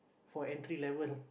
for entry level